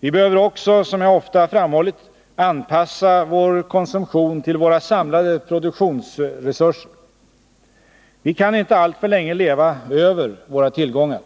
Vi behöver också, som jag ofta framhållit, anpassa vår konsumtion till våra samlade produktionsresurser. Vi kan inte alltför länge leva över våra tillgångar.